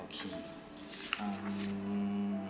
okay um